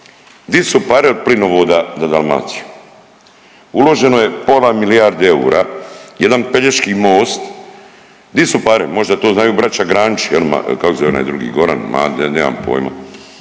di su pare od plinovoda za Dalmaciju? Uloženo je pola milijarde eura, jedan pelješki most. Di su pare? Možda to znaju braća Granići, je li? Kako se zove onaj drugi Goran? Nemam pojma.